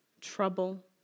trouble